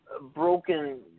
broken